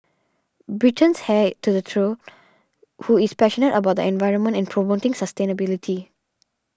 britain's heir to the throne who is passionate about the environment and promoting sustainability